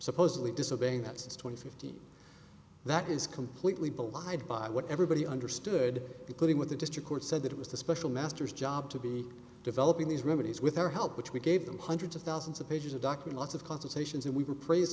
supposedly disobeying that's twenty fifteen that is completely belied by what everybody understood including what the district court said that it was the special masters job to be developing these remedies with our help which we gave them hundreds of thousands of pages of ducking lots of consultations and we were praised